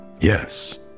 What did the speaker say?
Yes